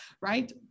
right